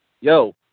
yo